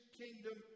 kingdom